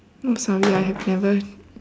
sorry I have never